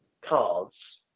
Cards